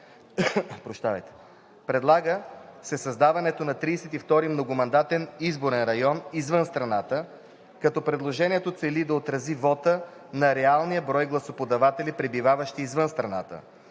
Предлага се създаването на 32-ри многомандатен изборен район „Извън страната“, като предложението цели да отрази вота на реалния брой гласоподаватели, пребиваващи извън страната.